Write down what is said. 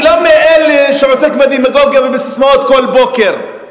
אני לא מאלה שעוסקים בדמגוגיה ובססמאות כל בוקר,